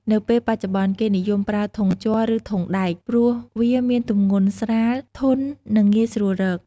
នៅពេលបច្ចុប្បន្ន គេនិយមប្រើ ធុងជ័រ ឬ ធុងដែក ព្រោះវាមានទម្ងន់ស្រាល ធន់ និងងាយស្រួលរក។